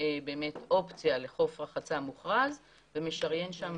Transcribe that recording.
היכן יש אופציה לחוף רחצה מוכרז ומשריין שם